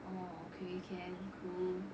orh okay can cool